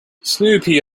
snoopy